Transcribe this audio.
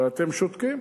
אבל אתם שותקים.